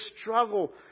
struggle